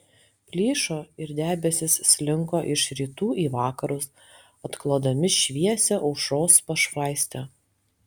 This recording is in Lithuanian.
plyšo ir debesys slinko iš rytų į vakarus atklodami šviesią aušros pašvaistę